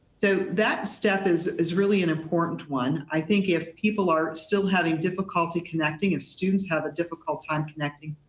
so that step is is really an important one. i think if people are still having difficulty connecting, if students have a difficult time connecting,